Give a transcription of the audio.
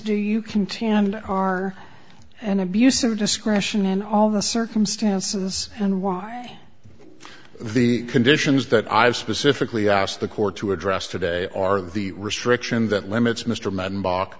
you continue and are an abuse of discretion and all the circumstances and why the conditions that i've specifically asked the court to address today are the restriction that limits mr mann bach